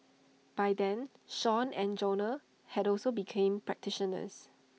by then Sean and Jonah had also become practitioners